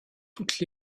toutes